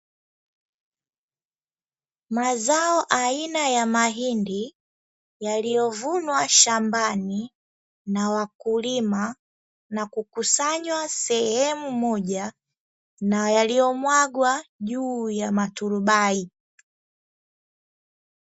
Mazao aina ya mahindi yaliyovunwa shambani na wakulima na kukusanywa sehemu moja, na yaliyomwagwa juu ya maturubai.